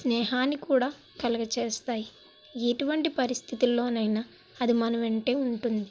స్నేహాన్ని కూడా కలుగజేస్తాయి ఎటువంటి పరిస్థితులలోనైనా అది మన వెంటే ఉంటుంది